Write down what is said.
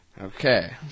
Okay